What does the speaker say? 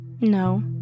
No